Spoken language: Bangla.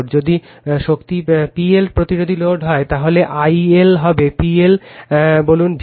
যদি শক্তি PL প্রতিরোধী লোড হয় তাহলে I L হবে PLবলুন VL